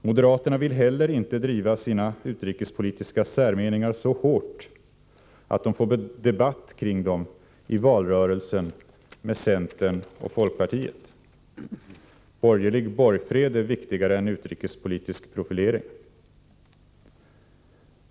Moderaterna vill inte heller driva sina utrikespolitiska särmeningar så hårt att de får debatt om dem i valrörelsen med centern och folkpartiet. Borgerlig borgfred är viktigare än utrikespolitisk profilering.